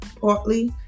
partly